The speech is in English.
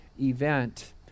event